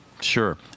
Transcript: Sure